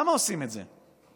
למה עושים את זה?